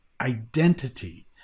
identity